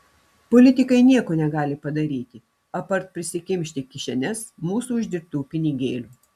politikai nieko negali padaryti apart prisikimšti kišenes mūsų uždirbtų pinigėlių